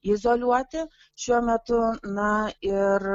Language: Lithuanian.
izoliuoti šiuo metu na ir